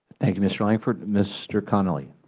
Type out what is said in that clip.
thank you, mr. lankford. mr. connolly.